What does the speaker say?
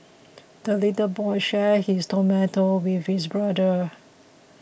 the little boy shared his tomato with his brother